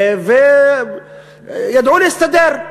וידעו להסתדר.